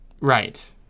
Right